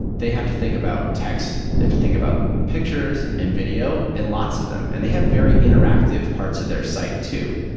they have to think about text, they have to think about pictures and video and lots of them, and they have very interactive parts of their site too.